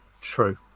True